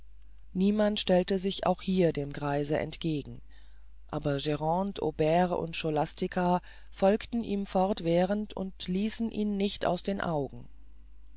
niemand stellte sich auch hier dem greise entgegen aber grande aubert und scholastica folgten ihm fortwährend und ließen ihn nicht aus den augen